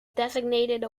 designated